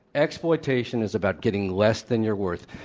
exploitation is about getting less than your worth.